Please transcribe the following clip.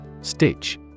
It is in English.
Stitch